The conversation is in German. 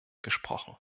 gesprochen